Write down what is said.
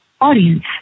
audience